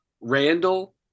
Randall